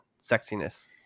sexiness